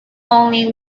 only